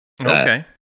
okay